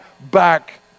back